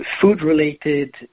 food-related